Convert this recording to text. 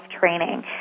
training